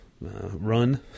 run